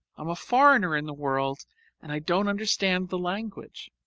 i'm a foreigner in the world and i don't understand the language.